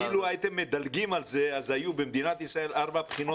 אילו הייתם מדלגים על זה אז היו בישראל ארבע בחינות